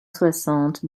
soixante